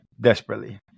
desperately